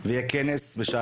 ויהיה כנס עם שר הספורט,